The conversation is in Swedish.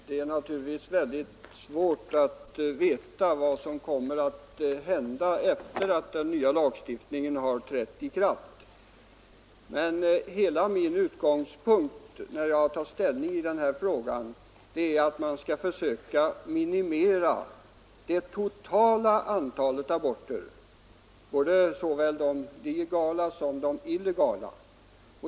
Herr talman! Det är naturligtvis mycket svårt att veta vad som kommer att hända efter det att den nya lagstiftningen har trätt i kraft. Men hela utgångspunkten för mitt ställningstagande i denna fråga är att man skall försöka minimera det totala antalet aborter, både de legala och de illegala.